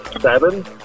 Seven